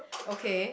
okay